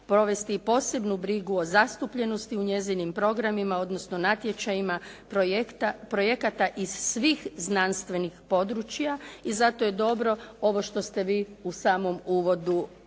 provesti i posebnu brigu o zastupljenosti u njezinim programima, odnosno natječajima projekata iz svih znanstvenih područja i zato je dobro ovo što ste vi u samom uvodu ove